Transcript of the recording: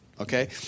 Okay